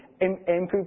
improve